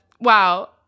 Wow